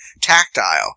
tactile